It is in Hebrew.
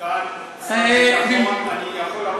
סגן שר הביטחון,